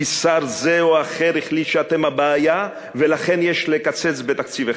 שר זה או אחר החליט שאתם הבעיה ולכן יש לקצץ בתקציביכם.